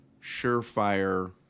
surefire